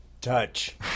Touch